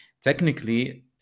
technically